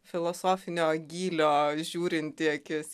filosofinio gylio žiūrinti akis